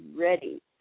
ready